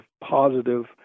positive